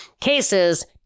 cases